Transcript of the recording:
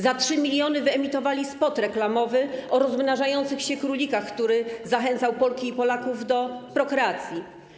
Za 3 mln wyemitowali spot reklamowy o rozmnażających się królikach, który zachęcał Polki i Polaków do prokreacji.